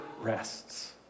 rests